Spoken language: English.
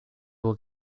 will